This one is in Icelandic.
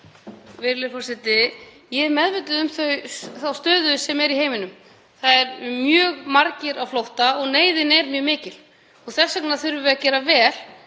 Virðulegi forseti. Ég er meðvituð um þá stöðu sem er í heiminum. Það eru mjög margir á flótta og neyðin er mjög mikil. Þess vegna þurfum við að gera vel